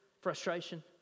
frustration